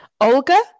Olga